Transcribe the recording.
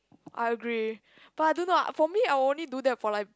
I agree but I don't know ah for me I will only do that for like